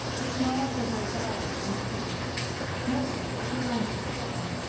a smile so very guileless and free mostly it belongs to children.